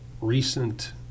recent